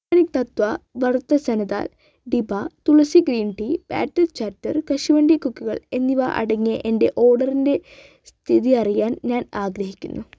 organic Tattva വറുത്ത ചന ദാൽ ഡിബ Tulsi green tea batter chatter കശുവണ്ടി കുക്കികൾ എന്നിവ അടങ്ങിയ എന്റെ ഓർഡറിന്റെ സ്ഥിതി അറിയാൻ ഞാൻ ആഗ്രഹിക്കുന്നു